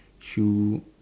shoe